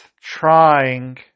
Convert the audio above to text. trying